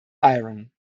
iron